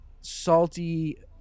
salty